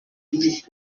vous